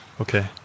Okay